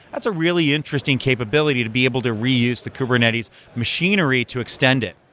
that's a really interesting capability to be able to reuse the kubernetes machinery to extend it,